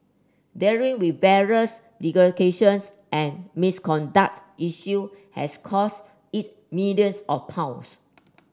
dealing with various and misconduct issue has cost it billions of pounds